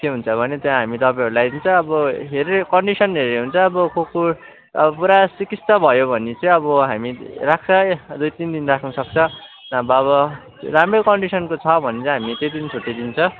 के हुन्छ भने त्यहाँ हामी तपाईँहरूलाई चाहिँ अब हेरेर कन्डिसन हेरेर हुन्छ अब कुकुर अब पुरा सिकिस्त भयो भने चाहिँ हामी राख्छ दुई तिन दिन राख्न सक्छ अब राम्रै कन्डिसनको छ भने चाहिँ हामीले त्यही दिन छुट्टी दिन्छ